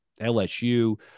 LSU